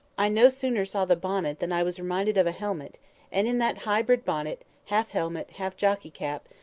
i no sooner saw the bonnet than i was reminded of a helmet and in that hybrid bonnet, half helmet, half jockey-cap,